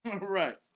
Right